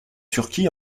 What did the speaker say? turquie